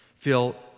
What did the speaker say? feel